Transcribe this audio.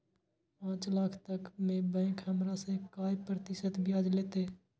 पाँच लाख तक में बैंक हमरा से काय प्रतिशत ब्याज लेते?